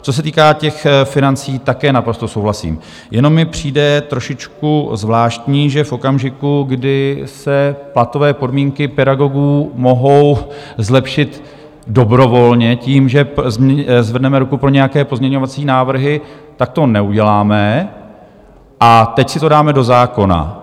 Co se týká těch financí, také naprosto souhlasím Jenom mi přijde trošičku zvláštní, že v okamžiku, kdy se platové podmínky pedagogů mohou zlepšit dobrovolně tím, že zvedneme ruku pro nějaké pozměňovací návrhy, tak to neuděláme, a teď si to dáme do zákona.